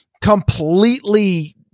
completely